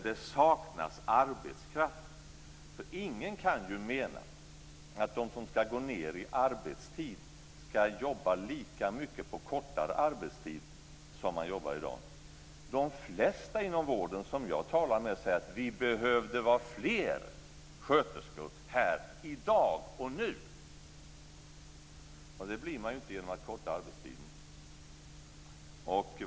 Det saknas arbetskraft, för ingen kan ju mena att de som ska gå ned i arbetstid ska jobba lika mycket på kortare arbetstid som man gör i dag. De flesta inom vården som jag talar med säger: Vi behöver vara fler sköterskor här i dag och nu. Och det blir man ju inte genom att korta arbetstiden.